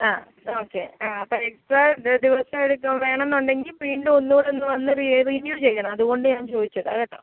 ആ ഓക്കെ ആ അപ്പോൾ എക്സ്ട്രാ ദി ദിവസം എടുക്കും വേണമെന്നുണ്ടെങ്കിൽ വീണ്ടും ഒന്നൂടെ ഒന്ന് വന്ന് റി റിന്യൂ ചെയ്യണം അതുകൊണ്ട് ഞാന് ചോദിച്ചതാണ് കേട്ടോ